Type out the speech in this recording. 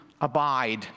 abide